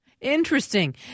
Interesting